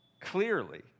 clearly